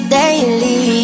daily